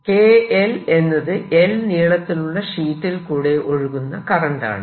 Kl എന്നത് l നീളത്തിലുള്ള ഷീറ്റിൽ കൂടെ ഒഴുകുന്ന കറന്റ് ആണ്